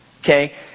okay